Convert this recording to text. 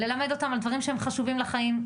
ללמד אותם על דברים חשובים לחיים,